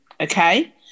Okay